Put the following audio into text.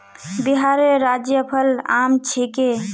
बिहारेर राज्य फल आम छिके